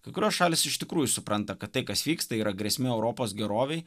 kai kurios šalys iš tikrųjų supranta kad tai kas vyksta yra grėsmė europos gerovei